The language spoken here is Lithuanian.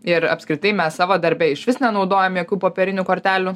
ir apskritai mes savo darbe išvis nenaudojam jokių popierinių kortelių